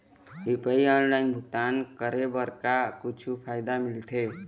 UPI online भुगतान करे बर का कुछू फायदा मिलथे?